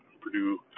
Purdue